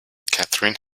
katherine